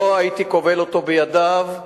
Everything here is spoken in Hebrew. לא הייתי כובל אותו בידיו.